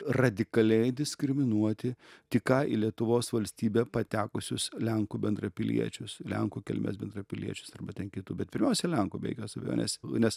radikaliai diskriminuoti tik ką į lietuvos valstybę patekusius lenkų bendrapiliečius lenkų kilmės bendrapiliečius arba kitų bet pirmiausia lenkų be jokios abejonės nes